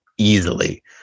easily